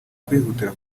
kwihutira